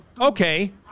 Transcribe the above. okay